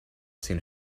seen